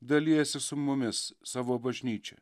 dalijasi su mumis savo bažnyčia